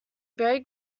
vary